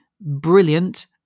brilliant